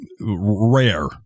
rare